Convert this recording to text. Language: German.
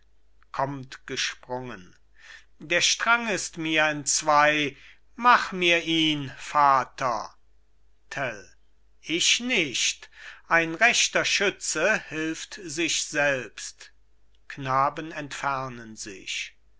der strang ist mir entzwei mach mir ihn vater tell ich nicht ein rechter schütze hilft sich selbst knaben entfernen sich